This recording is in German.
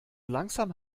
langsam